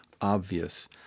obvious